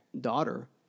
daughter